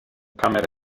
camere